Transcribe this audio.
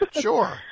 Sure